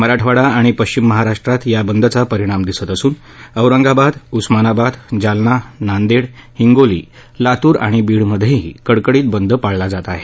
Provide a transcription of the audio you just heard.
मराठवाडा आणि पश्चिम महाराष्ट्रात या बंदचा परिणाम दिसत असून औरंगाबाद उस्मानाबाद जालना नांदेड हिंगोली लातूर आणि बीड मधेही कडकडीत बंद पाळला जात आहे